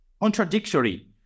contradictory